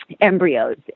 embryos